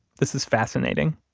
this is fascinating.